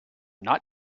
not